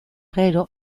gero